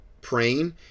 praying